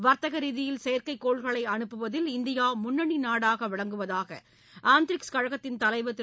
வர்த்தக ரீதியில் செயற்கைக்கோள்களை அனுப்புவதில் இந்தியா முன்னணி நாடாக விளங்குவதாக ஆந்திரிக்ஸ் கழகத்தின் தலைவர் திரு